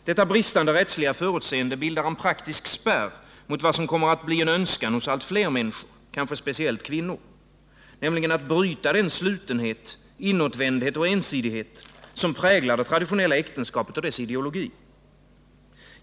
Detta bristande rättsliga förutseende bildar en praktisk spärr mot vad som kommer att bli en önskan hos allt fler människor, kanske speciellt kvinnor, nämligen att bryta den slutenhet, inåtvändhet och ensidighet som präglar det traditionella äktenskapet och dess ideologi.